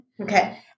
Okay